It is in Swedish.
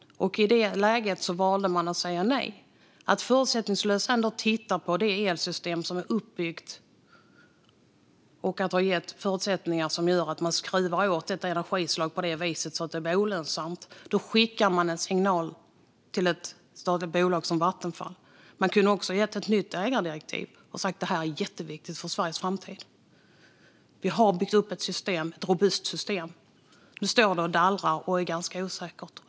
I det läget valde man att säga nej till att förutsättningslöst titta på det elsystem som är uppbyggt. Att ge förutsättningar som skruvar åt ett energislag på det viset att det blir olönsamt är att skicka en signal till ett statligt bolag som Vattenfall. Man kunde också ha gett ett nytt ägardirektiv och sagt att detta är jätteviktigt för Sveriges framtid. Vi har byggt upp ett robust system. Nu står det och dallrar och är ganska osäkert.